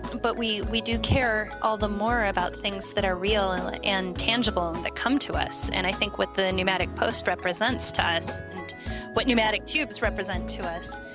but we we do care all the more about things that are real and and tangible that come to us and i think what the pneumatic post represents to us and what pneumatic tubes represent to us,